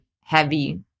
heavy